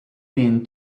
been